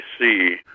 see